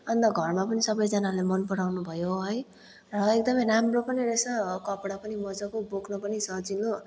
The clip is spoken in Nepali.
अन्त घरमा पनि सबैजनाले मन पराउनु भयो है र एकदमै राम्रो पनि रहेछ कपडा पनि मज्जाको बोक्नु पनि सजिलो